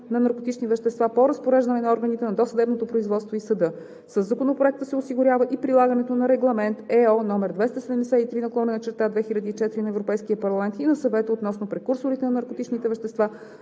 на наркотични вещества по разпореждане на органите на досъдебното производство и съда. Със Законопроекта се осигурява и прилагането на Регламент (ЕО) № 273/2004 на Европейския парламент и на Съвета относно прекурсорите на наркотичните вещества,